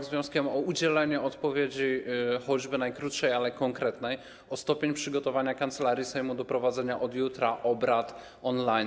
Zwracam się z wnioskiem o udzielenie odpowiedzi, choćby najkrótszej, ale konkretnej, o stopień przygotowania Kancelarii Sejmu do prowadzenia od jutra obrad on-line.